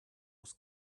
was